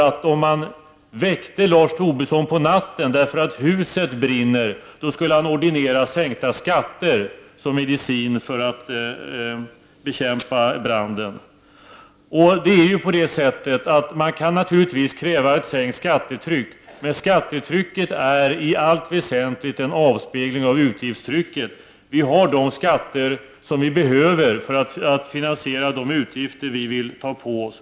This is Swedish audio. Om man väckte Lars Tobisson på natten därför att huset brinner, skulle han nog ordinera skattesänkningar som medicin för att bekämpa branden. Man kan naturligtvis kräva ett sänkt skattetryck, men skattetrycket är i allt väsentligt en avspegling av utgiftstrycket. Vi har de skatter som vi behöver för att finansiera de utgifter som vi vill ta på oss.